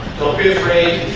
don't be afraid